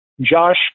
Josh